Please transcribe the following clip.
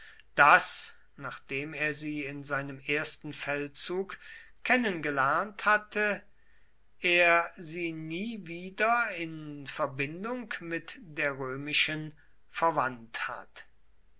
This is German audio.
daß nachdem er sie in seinem ersten feldzug kennengelernt hatte er sie nie wieder in verbindung mit der römischen verwandt hat